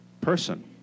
person